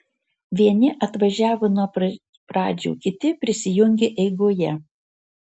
vieni atvažiavo nuo pradžių kiti prisijungė eigoje